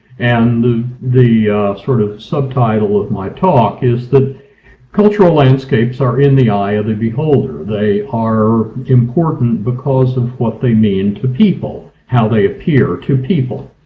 and the the sort of subtitle of my talk is that cultural landscapes are in the eye of the beholder. they are important because of what they mean to people how they appear to people.